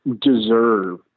deserve